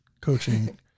coaching